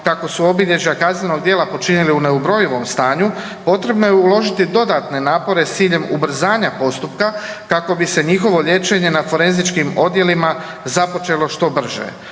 kako su obilježja kaznenih djela počinili u neubrojivom stanju, potrebno je uložiti dodatne napore s ciljem ubrzanja postupka kako bi se njihove liječenje na forenzičnim odjelima započelo što brže.